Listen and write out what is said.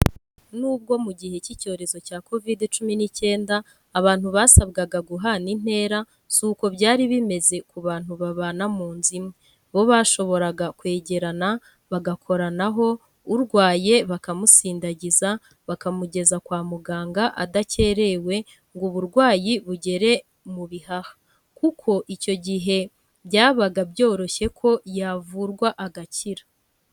N'ubwo mu gihe cy'icyorezo cya covid cumi n'icyenda, abantu basabwaga guhana intera; si uko byari bimeze ku bantu babana mu nzu imwe, bo bashoboraga kwegerana, bagakoranaho, urwaye bakamusindagiza, bakamugeza kwa muganga adakerewe ngo uburwayi bugere mu bihaha, kuko icyo gihe byabaga byoroshye ko yavurwa agakira.